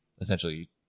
essentially